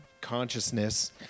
consciousness